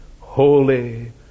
holy